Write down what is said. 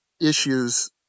issues